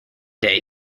day